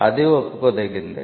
అదీ ఒప్పుకోదగిందే